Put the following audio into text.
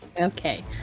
okay